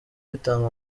bitanga